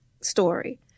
story